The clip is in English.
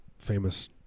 famous